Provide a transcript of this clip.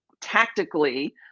tactically